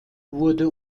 wurde